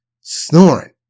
snoring